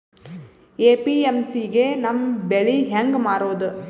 APMC ಗೆ ನಮ್ಮ ಬೆಳಿ ಹೆಂಗ ಮಾರೊದ?